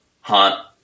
haunt